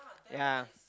ya